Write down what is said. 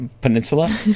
Peninsula